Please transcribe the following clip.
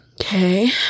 Okay